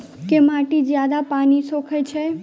केँ माटि जियादा पानि सोखय छै?